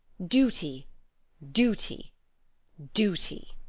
duty duty duty.